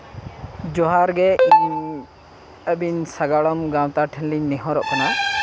ᱡᱚᱦᱟᱨ ᱜᱮ ᱤᱧ ᱟᱹᱵᱤᱱ ᱥᱟᱸᱜᱟᱲᱚᱢ ᱜᱟᱶᱛᱟ ᱴᱷᱮᱱ ᱞᱤᱧ ᱱᱮᱦᱚᱨᱚᱜ ᱠᱟᱱᱟ